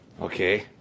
okay